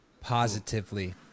positively